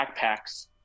backpacks